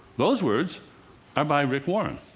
those words are by rick warren.